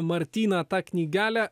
martyną tą knygelę